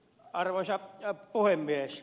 arvoisa puhemies